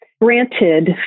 granted